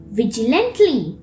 vigilantly